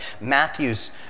Matthew's